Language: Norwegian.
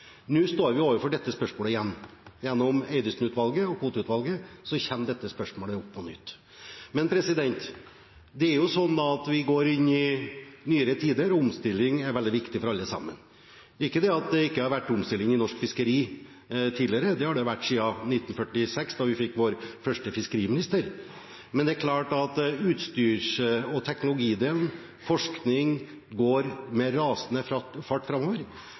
Nå står vi overfor dette spørsmålet igjen. Gjennom Eidesen-utvalget og kvoteutvalget kommer dette spørsmålet opp på nytt. Men vi går inn i nyere tider, og omstilling er veldig viktig for alle sammen – ikke det at det ikke har vært omstilling i norske fiskeri tidligere, det har det vært siden 1946, da vi fikk vår første fiskeriminister. Men det er klart at utstyrs- og teknologidelen og forskning går med rasende fart framover.